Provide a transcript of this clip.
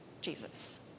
Jesus